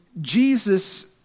Jesus